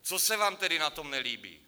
Co se vám tedy na tom nelíbí?